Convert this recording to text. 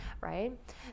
right